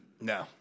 No